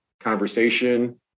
conversation